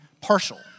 partial